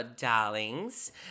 darlings